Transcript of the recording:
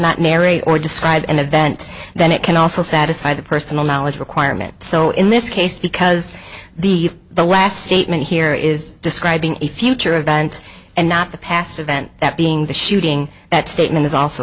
not marry or describe an event then it can also satisfy the personal knowledge requirement so in this case because the the last statement here is describing a future event and not the past event that being the shooting that statement is also